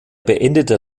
beendete